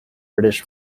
british